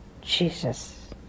Jesus